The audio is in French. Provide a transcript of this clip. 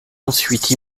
ensuite